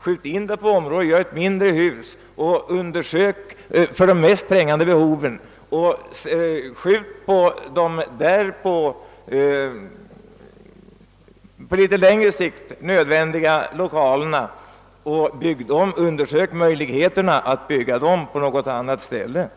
fall vara med ett mindre och vettigare planerat hus för de mest trängande behoven. Byggandet av de endast på längre sikt nödvändiga lokalerna bör kunna uppskjutas och de bör läggas på något annat ställe.